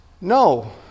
No